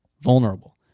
vulnerable